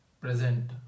present